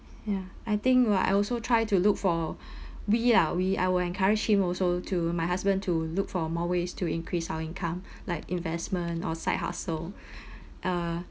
ya I think !wah! I also try to look for we lah we I will encourage him also to my husband to look for more ways to increase our income like investment or side hustle uh